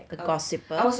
the gossiper